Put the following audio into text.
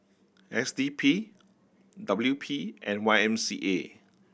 S D P W P and Y M C A